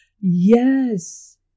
Yes